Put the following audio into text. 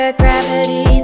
gravity